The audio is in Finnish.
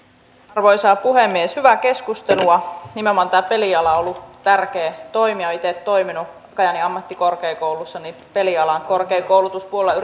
arvoisa puhemies hyvää keskustelua nimenomaan tämä peliala on ollut tärkeä toimija itse olen toiminut kajaanin ammattikorkeakoulussa peli alan korkeakoulutuspuolella